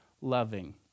loving